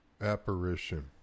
apparition